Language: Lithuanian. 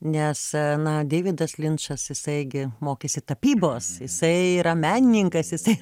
nes na deividas linčas jisai gi mokėsi tapybos jisai yra menininkas jisai